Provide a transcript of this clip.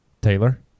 Taylor